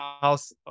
house